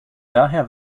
daher